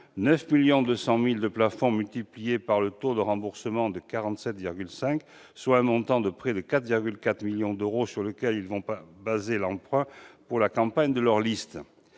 9 200 000 euros de plafond multipliés par le taux de remboursement de 47,5 %, soit un montant de près de 4,4 millions d'euros sur lequel ils vont baser l'emprunt de leur liste